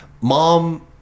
mom